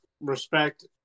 respect